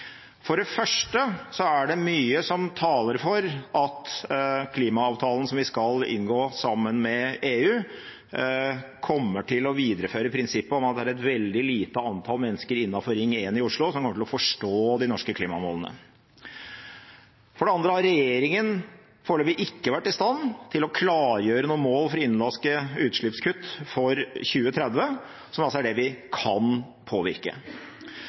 For det første er det mye som taler for at klimaavtalen som vi skal inngå sammen med EU, kommer til å videreføre prinsippet om at det er et veldig lite antall mennesker innenfor Ring 1 i Oslo som kommer til å forstå de norske klimamålene. For det andre har regjeringen foreløpig ikke vært i stand til å klargjøre noe mål for innenlandske utslippskutt for 2030, som altså er det vi kan påvirke.